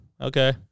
okay